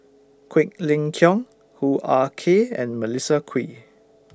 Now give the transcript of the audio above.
Quek Ling Kiong Hoo Ah Kay and Melissa Kwee